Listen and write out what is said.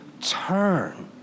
turn